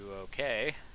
okay